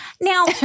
Now